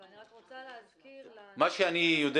אבל אני רק רוצה להזכיר --- מה שאני יודע